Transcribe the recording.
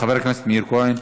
חבר הכנסת מאיר כהן.